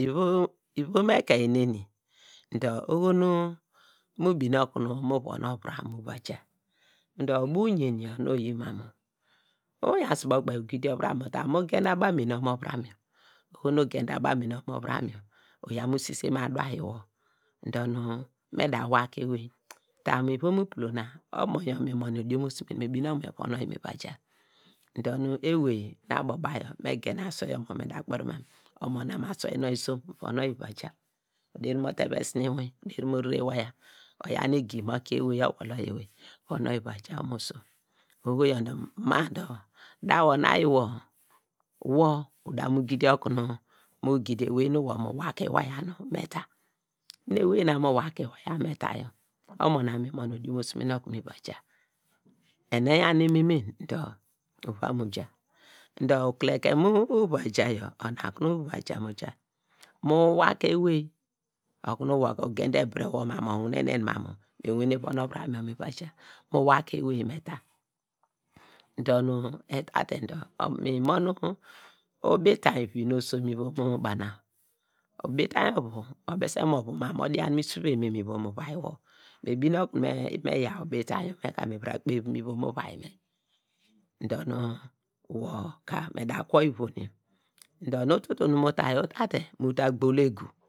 ivom ekein nu eni do oho nu mu bine okunu mu von ovuram mu va jaa dor uba uyin yor nu oyi ma mu uyan su bo kpei ugi di ovuram yor uta mu gen abane ovuram yor, oho nu ugen de aba mene ovuram uya mu sise mu adu ayi wor dor me da wa ke ewey ta mu ivom uplo na omo yor nu mon yor odiomosumen, nu binen okunu nu von oyi mi va jaa dor nu ewey nu abo mu ba me gen asule omo yor me da kperi wor ma mu omo na aswei nonw isom, oderi mo teve sine inwin, oderi mo rere iwaya, oyaw egi mo ke owey, owolo ewey von oyi va jaa oho yor ma dor da wor nu ayi wor, wor da mu gidi okunu mu gidi ewey nu wor mu wa ke iwaya nu me ta, ewey na nu mu wa ke iwaya me ta yor enu eyan ememen dor, uva mu jaa dor ukulekem uva jaa, ona okunu, mu va jaa, mu wa ke ewey okun wor ka ugende ebire wor ma mu owinnenen ma mu nu wane ovuram yor mi va jaa, mu wa ke ewey me ta dor nu eta dor mi mor nu ubi utein vi nu osom nu odiomosumen mu biana, ubitainy ovu obese mo vum ma mo dian mu isiveiny me mu ivom uvai wor, mi bine okunu me yaw ubitainy na me dor nu wa ka da kwo ivonem dor onu tutu nu mu ta yor, utate mu ta gbolo eguw.